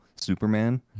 Superman